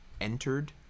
entered